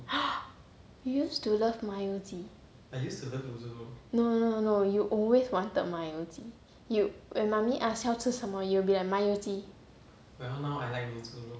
you used to love 麻油鸡 no no no no no you always wanted 麻油鸡 you when mummy ask 要吃什么 you will be like 麻油鸡